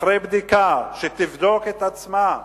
אחרי בדיקה, שתבדוק את עצמה,